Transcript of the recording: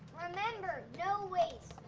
remember, no waste!